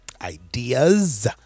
ideas